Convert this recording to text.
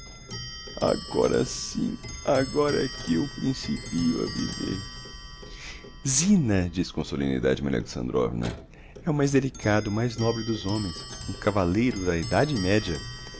agora sim agora é que eu principío a viver zina diz com solemnidade maria alexandrovna é o mais delicado o mais nobre dos homens um cavalleiro da edade média